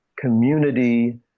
community